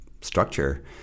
structure